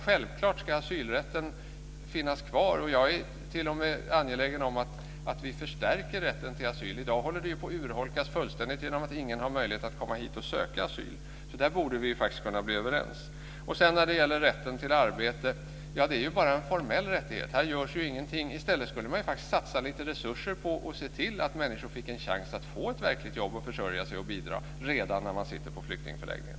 Självklart ska asylrätten finnas kvar. Jag är t.o.m. angelägen om att vi förstärker rätten till asyl. I dag håller den på att urholkas fullständigt genom att ingen har möjlighet att komma hit för att söka asyl. Där borde vi faktiskt kunna bli överens. Rätten till arbete är bara en formell rättigheter. Det görs ingenting. I stället skulle man satsa lite resurser på att se till att människor fick en chans att få ett verkligt jobb att försörja sig på och bidra redan när de sitter på flyktingförläggningen.